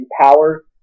power